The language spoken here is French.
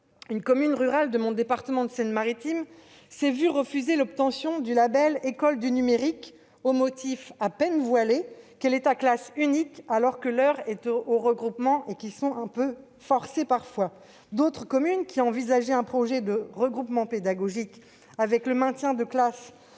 une commune rurale de mon département de Seine-Maritime s'est vu refuser l'obtention du label « école du numérique » au motif à peine voilé qu'elle est à classe unique, alors que l'heure est aux regroupements, parfois forcés. D'autres communes qui envisageaient un projet de regroupement pédagogique, avec le maintien de classes